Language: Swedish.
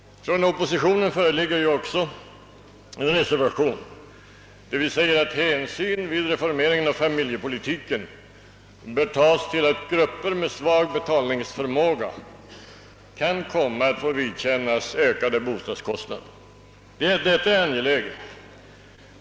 Från oppositionen föreligger ju också en reservation, där vi säger att hänsyn vid reformeringen av familjepolitiken bör tas till att grupper med svag betalningsförmåga kan komma att få vidkännas ökade bostadskostnader. Detta är angeläget.